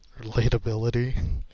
relatability